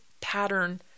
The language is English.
pattern